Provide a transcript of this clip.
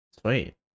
sweet